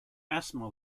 asthma